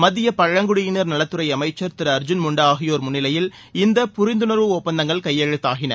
மத்திய பழங்குடியினர் நலத்துறை அமைச்சர் திரு அர்ஜுன் முண்டா ஆகியோர் முன்னிலையில் இந்த புரிந்துணர்வு ஒப்பந்தங்கள் கையெழுத்தாகின